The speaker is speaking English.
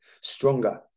stronger